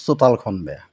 চোতালখন বেয়া